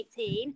2018